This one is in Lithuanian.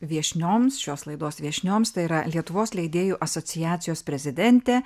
viešnioms šios laidos viešnioms tai yra lietuvos leidėjų asociacijos prezidentė